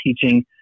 teaching